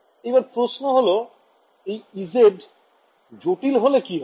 এবার প্রশ্ন হল এই ez জটিল হলে কি হবে